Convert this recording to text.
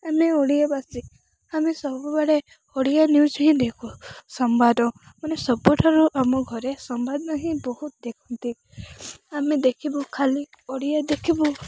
ଆମେ ଓଡ଼ିଆବାସୀ ଆମେ ସବୁବେଳେ ଓଡ଼ିଆ ନିୟୁଜ ହିଁ ଦେଖୁ ସମ୍ବାଦ ମାନେ ସବୁଠାରୁ ଆମ ଘରେ ସମ୍ବାଦ ହିଁ ବହୁତ ଦେଖନ୍ତି ଆମେ ଦେଖିବୁ ଖାଲି ଓଡ଼ିଆ ଦେଖିବୁ